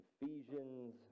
Ephesians